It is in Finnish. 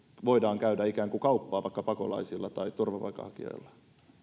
voidaan käydä ikään kuin kauppaa vaikka pakolaisilla tai turvapaikanhakijoilla